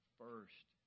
first